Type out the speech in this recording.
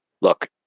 look